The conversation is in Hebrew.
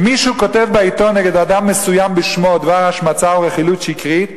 אם מישהו כותב בעיתון נגד אדם מסוים בשמו דבר השמצה או רכילות שקרית,